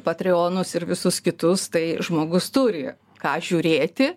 patrionus ir visus kitus tai žmogus turi ką žiūrėti